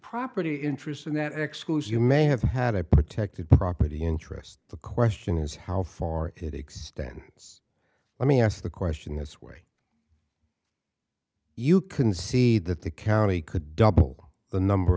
property interest and that excludes you may have had a protected property interests the question is how far it extends let me ask the question this way you can see that the county could double the number